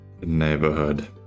neighborhood